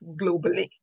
globally